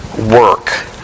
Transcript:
work